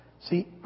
See